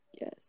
yes